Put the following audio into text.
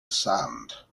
sand